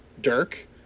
Dirk